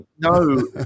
No